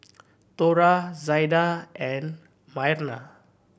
Thora Zaida and Myrna